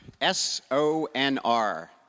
S-O-N-R